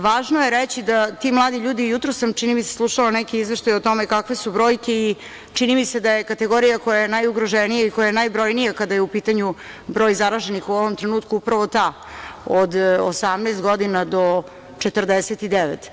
Važno je reći da ti mladi ljudi, jutros sam, čini mi se, slušala neki izveštaj o tome kakve su brojke i čini mi se da je kategorija koja je najugroženija i koja je najbrojnija kada je u pitanju broj zaraženih u ovom trenutku upravo ta od 18 godina do 49.